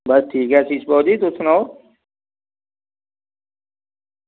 बस ठीक ऐ आशीष भाजी तुस सनाओ